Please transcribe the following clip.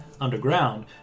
underground